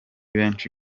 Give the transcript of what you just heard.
benshi